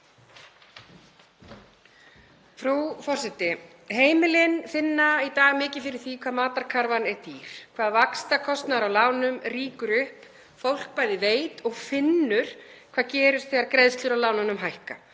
Frú forseti. Heimilin finna í dag mikið fyrir því hvað matarkarfan er dýr, hvað vaxtakostnaður á lánum rýkur upp. Fólk bæði veit og finnur hvað gerist þegar greiðslur á lánunum hækka.